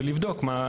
ולבדוק מה,